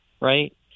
right